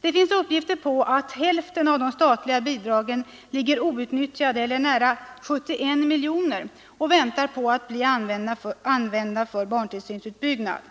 Det finns uppgifter som säger att hälften av de statliga bidragen — eller nära 71 miljoner kronor — ligger outnyttjade och väntar på att bli använda för barntillsynsutbyggnad.